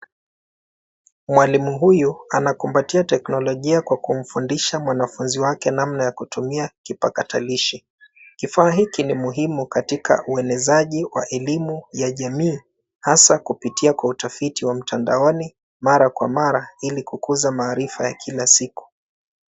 Mwalimu huyu anakumbatia teknologia kwa kumfundisha mwanafunzi wake namna ya kutumia kipakatalishi. Kifaa hiki ni muhimu katika uenezaji wa elimu ya jamii hasa kupitia kwa utafiti wa mtandaoni mara kwa mara ili kukuza maarifa ya kila siku.